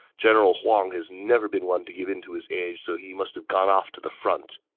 general huang has never been one to give in to his age, so he must have gone off to the front.